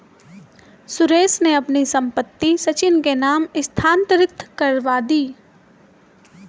सुरेश ने अपनी संपत्ति सचिन के नाम स्थानांतरित करवा दी